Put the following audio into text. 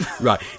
Right